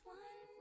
one